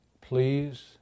Please